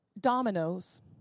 dominoes